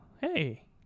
hey